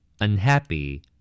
Unhappy